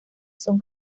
son